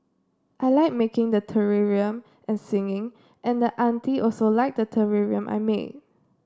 I like making the terrarium and singing and the auntie liked the terrarium I made